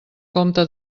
compte